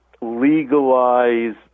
legalize